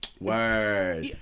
word